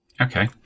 okay